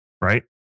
right